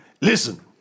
Listen